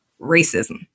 racism